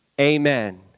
amen